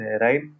right